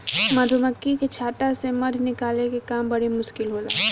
मधुमक्खी के छता से मध निकाले के काम बड़ी मुश्किल होला